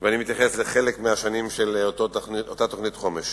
ואני מתייחס לחלק מהשנים של אותה תוכנית חומש.